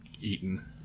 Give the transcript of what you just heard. eaten